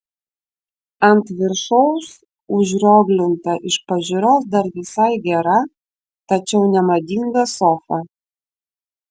ant viršaus užrioglinta iš pažiūros dar visai gera tačiau nemadinga sofa